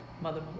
Mother